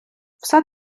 все